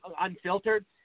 unfiltered